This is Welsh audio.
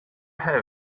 iddyn